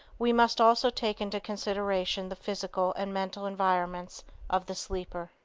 we must also take into consideration the physical and mental environments of the sleeper.